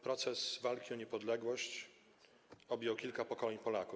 Proces walki o niepodległość objął kilka pokoleń Polaków.